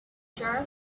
jerk